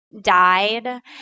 died